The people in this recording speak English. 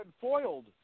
foiled